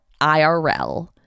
IRL